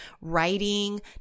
writing